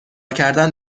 کردن